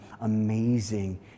amazing